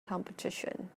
competition